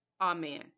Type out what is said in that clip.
amen